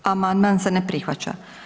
Amandman se ne prihvaća.